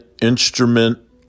instrument